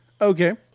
Okay